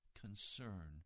concern